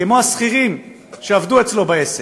כמו השכירים שעבדו אצלו בעסק.